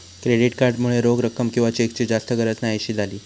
credit card मुळे रोख रक्कम किंवा चेकची जास्त गरज न्हाहीशी झाली